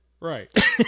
Right